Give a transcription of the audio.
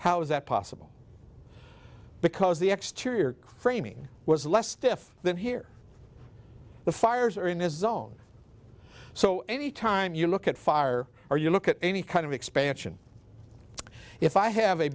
how is that possible because the exteriors framing was less stiff than here the fires are in a zone so any time you look at fire or you look at any kind of expansion if i have a